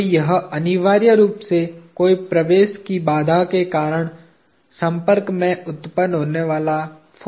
तो यह अनिवार्य रूप से कोई प्रवेश की बाधा के कारण संपर्क में उत्पन्न होने वाला फोर्स है